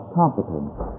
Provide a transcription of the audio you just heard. competence